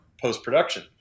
post-production